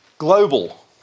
global